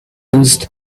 used